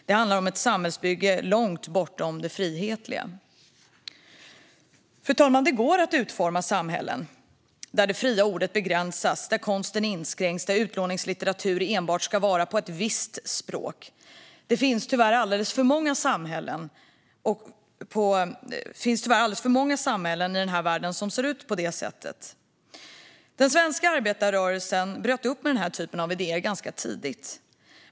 Det handlar om ett samhällsbygge långt bortom det frihetliga. Fru talman! Det går att utforma samhällen där det fria ordet begränsas, där konsten inskränks och där utlåningslitteratur enbart ska vara på ett visst språk. Det finns tyvärr alldeles för många samhällen i den här världen som ser ut på det sättet. Den svenska arbetarrörelsen bröt upp från denna typ av idéer ganska tidigt.